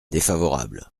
défavorable